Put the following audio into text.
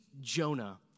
Jonah